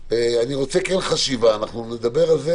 כן רוצה חשיבה אנחנו נדבר על זה